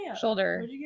shoulder